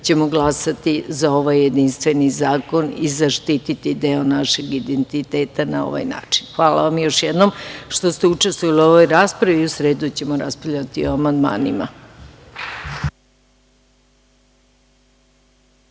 ćemo glasati za ovaj jedinstveni zakon i zaštiti deo našeg identiteta na ovaj način. Hvala vam još jednom što ste učestvovali u ovoj raspravi. U sredu ćemo raspravljati o amandmanima.